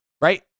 right